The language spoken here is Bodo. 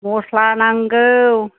मस्ला नांगौ